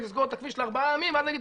לסגור את הכביש לארבעה ימים ואז נגיד,